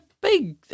big